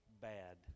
bad